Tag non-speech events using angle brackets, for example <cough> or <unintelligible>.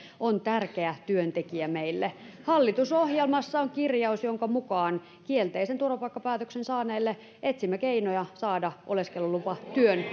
on tärkeä työntekijä meille hallitusohjelmassa on kirjaus jonka mukaan kielteisen turvapaikkapäätöksen saaneille etsimme keinoja saada oleskelulupa työn <unintelligible>